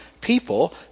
people